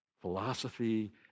philosophy